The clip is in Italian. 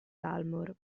dalmor